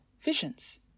visions